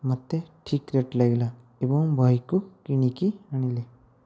ମତେ ଠିକ ରେଟ୍ ଲାଗିଲା ଏବଂ ବହିକୁ କିଣିକି ଆଣିଲି